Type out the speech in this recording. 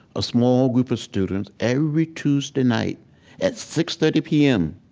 a small group of students every tuesday night at six thirty p m.